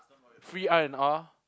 free R-and-R